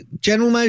General